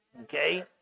okay